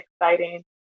exciting